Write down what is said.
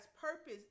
purpose